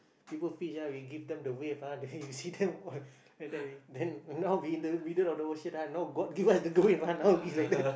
people fish ah we give them the wave ah then you see them all like that then now we in the middle of the ocean ah now god give us the wave now we like that